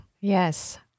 Yes